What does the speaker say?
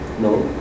No